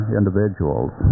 individuals